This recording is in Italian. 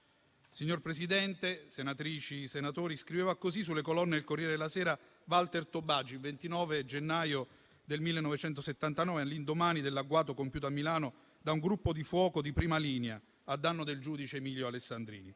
Signor Presidente, senatrici, senatori, scriveva così sulle colonne del «Corriere della Sera» Walter Tobagi il 29 gennaio 1979 all'indomani dell'agguato compiuto a Milano da un gruppo di fuoco di Prima linea a danno del giudice Emilio Alessandrini.